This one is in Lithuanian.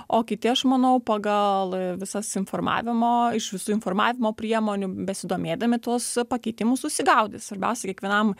o kiti aš manau pagal visas informavimo iš visų informavimo priemonių besidomėdami tuos pakeitimų susigaudys svarbiausia kiekvienam